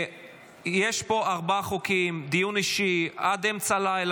יש פה ארבעה חוקים, דיון אישי עד אמצע הלילה.